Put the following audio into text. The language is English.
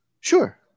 sure